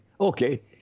Okay